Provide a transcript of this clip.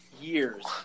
years